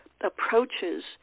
approaches